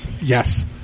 Yes